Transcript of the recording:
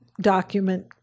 document